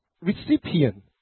recipient